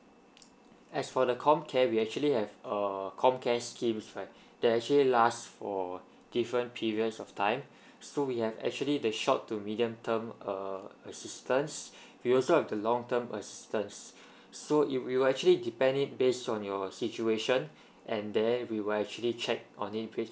as for the COMCARE we actually have err COMCARE schemes right that actually last for different periods of time so we have actually the short to medium term err assistance we also have the long term assistance so it will actually depend it based on your situation and then we will actually check on each case